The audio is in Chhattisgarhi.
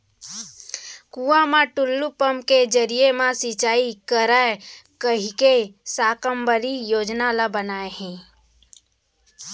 कुँआ म टूल्लू पंप के जरिए म सिंचई करय कहिके साकम्बरी योजना ल बनाए हे